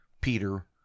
peter